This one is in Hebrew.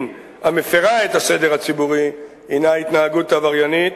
המפירה את הסדר הציבורי הינה התנהגות עבריינית,